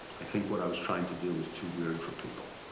i think what i was trying to do was too weird for people.